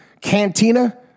Cantina